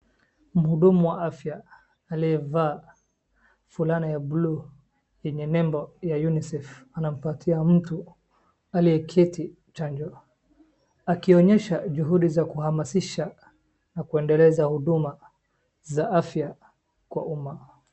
Mhudumu wa afya aliyevaa fulana ya buluu yenye nembo ya UNICEF anampatia mtu aliyeketi chanjo akionyesha juhudi za kuhamashisha na kwendeleza huduma za afya kwa umaa.